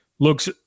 Looks